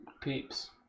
peeps